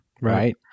Right